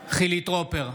טרופר,